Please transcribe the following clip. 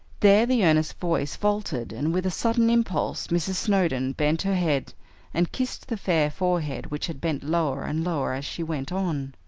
there the earnest voice faltered, and with a sudden impulse mrs. snowdon bent her head and kissed the fair forehead which had bent lower and lower as she went on.